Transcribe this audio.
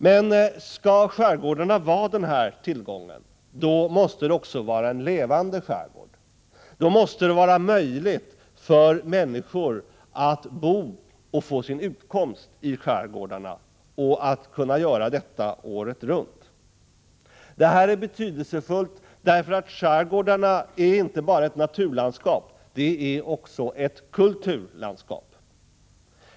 Men skall skärgården vara denna tillgång, måste den också vara en levande skärgård. Det måste vara möjligt för människor att bo och få sin utkomst i skärgårdarna — året runt. Det är betydelsefullt därför att skärgården inte bara är ett naturlandskap, utan också ett kulturlandskap.